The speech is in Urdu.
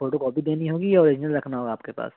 فوٹو کاپی دینی ہوگی یا اوریجنل رکھنا ہوگا آپ کے پاس